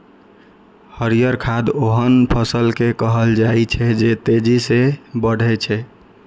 हरियर खाद ओहन फसल कें कहल जाइ छै, जे तेजी सं बढ़ै छै